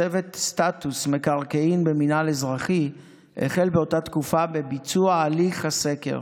צוות סטטוס מקרקעין במינהל אזרחי החל באותה תקופה בביצוע הליך הסקר,